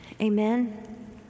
amen